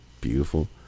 beautiful